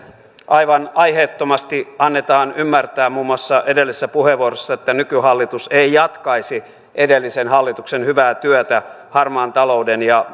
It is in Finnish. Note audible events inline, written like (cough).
aivan aiheettomasti annetaan ymmärtää muun muassa edellisessä puheenvuorossa että nykyhallitus ei jatkaisi edellisen hallituksen hyvää työtä harmaan talouden ja (unintelligible)